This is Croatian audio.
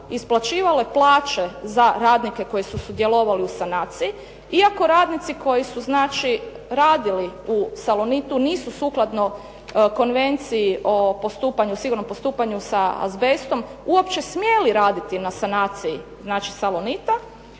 isplaćivale plaće za radnike koji su sudjelovali u sanaciji, iako radnici koji su znači radili u Salonitu nisu sukladno Konvenciji o postupanju, sigurnom postupanju sa azbestom uopće smjeli raditi na sanaciji, znači Salonita.